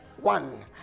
One